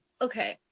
okay